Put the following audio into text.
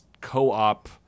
co-op